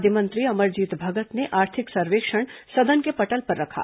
खाद्य मंत्री अमरजीत भगत ने आर्थिक सर्वेक्षण सदन के पटल पर रखा